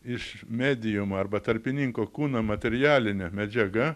iš mediumo arba tarpininko kūno materialinė medžiaga